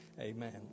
amen